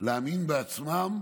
להאמין בעצמם.